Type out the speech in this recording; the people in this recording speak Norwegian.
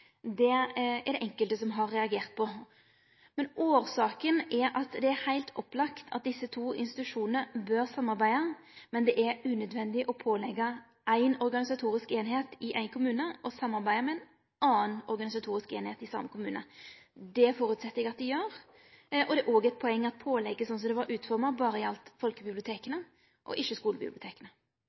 Det er det enkelte som har reagert på. Men årsaka er at det er heilt opplagt at desse to institusjonane bør samarbeide, men det er unødvendig å pålegge ei organisatorisk eining i ein kommune å samarbeide med ei anna organisatorisk eining i same kommune. Det føreset eg at dei gjer. Det er òg eit poeng at pålegget slik det var utforma, berre gjaldt folkebiblioteka og ikkje